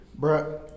Bruh